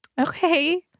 Okay